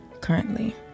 currently